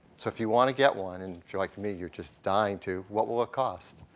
so if you want to get one and if you're like me, you're just dying to, what will it cost?